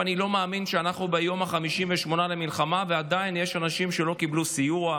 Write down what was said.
אני לא מאמין שאנחנו ביום ה-58 למלחמה ועדיין יש אנשים שלא קיבלו סיוע,